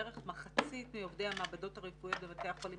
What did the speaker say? בערך מחצית מעובדי המעבדות הרפואיות בבתי החולים